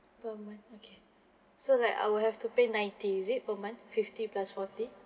per month okay so like I would have to pay ninety is it per month fifty plus forty